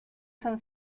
san